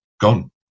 gone